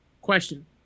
Question